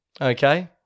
Okay